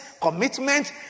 commitment